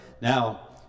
Now